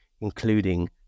including